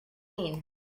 mean